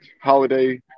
holiday